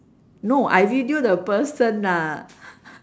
no I video the person lah